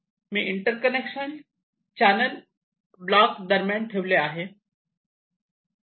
मी interconnection channel block दरम्यान ठेवले आहे